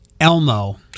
Elmo